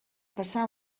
passar